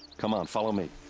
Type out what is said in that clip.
come on, follow me!